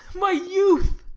my youth!